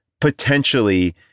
potentially